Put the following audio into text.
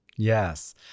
Yes